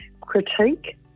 critique